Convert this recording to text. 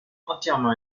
entièrement